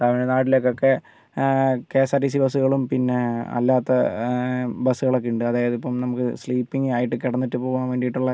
തമിഴ്നാട്ടിലെക്കൊക്കെ K S R T C ബസ്സുകളും പിന്നെ അല്ലാത്ത ബസ്സുകളൊക്കെ ഉണ്ട് അതായത് ഇപ്പം നമുക്ക് സ്ലീപ്പിങ് ആയിട്ട് കിടന്നിട്ട് പോകാൻ വേണ്ടിയിട്ടുള്ള